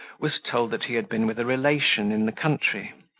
was told that he had been with a relation in the country,